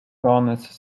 dons